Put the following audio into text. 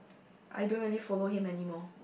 I don't really follow him anymore